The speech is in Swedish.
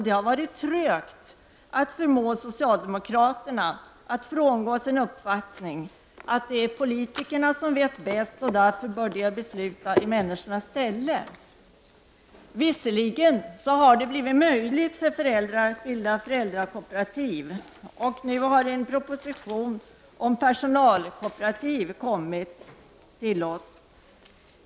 Det har varit trögt att förmå socialdemokraterna att frångå sin uppfattning att det är politikerna som vet bäst och därför bör besluta i människors ställe. Det har visserligen blivit möjligt för föräldrar att bilda föräldrakooperativ, och nu har det kommit en proposition om personalkooperativ.